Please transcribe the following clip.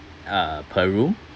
uh per room